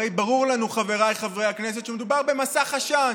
הרי ברור לנו, חבריי חברי הכנסת, שמדובר במסך עשן.